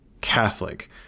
Catholic